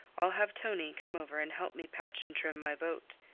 i'll have tonie come over and help me patch and trim my boat.